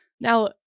Now